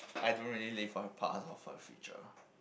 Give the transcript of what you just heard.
I don't really live for her part of her future